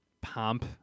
pomp